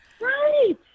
Right